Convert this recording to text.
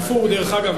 איפה הוא, דרך אגב?